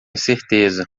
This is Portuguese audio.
certeza